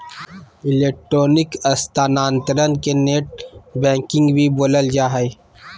electronic स्थानान्तरण के net banking भी बोलल जा हइ